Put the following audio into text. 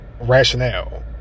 rationale